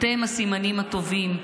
אתם הסימנים הטובים,